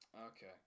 Okay